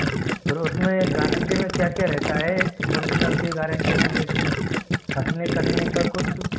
जी फिर उसमें गारंटी में क्या क्या रहता है ओरिजिनल के गारंटी में जैसे अटने कटने का कुछ